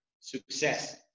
success